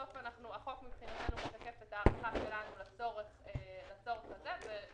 בסוף החוק משקף את ההערכה שלנו לצורך הזה,